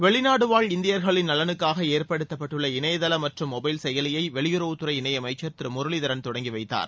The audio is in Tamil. வெளிநாடுவாழ் இந்தியா்களின் நலனுக்காக ஏற்படுத்தப்பட்டுள்ள இணையதளம் மற்றும் மொபைல் செயலியை வெளியுறவுத்துறை இணையமைச்சர் திரு முரளிதரன் தொடங்கிவைத்தார்